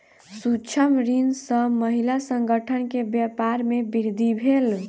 सूक्ष्म ऋण सॅ महिला संगठन के व्यापार में वृद्धि भेल